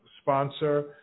sponsor